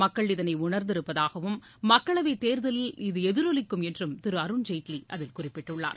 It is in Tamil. மக்கள் இதனை உணர்ந்திருப்பதாகவும் மக்களவைத் தேர்தலில் இது எதிரொலிக்கும் என்றும் திரு அருண்ஜேட்லி அதில் குறிப்பிட்டுள்ளார்